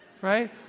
right